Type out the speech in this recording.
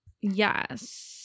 Yes